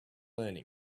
learning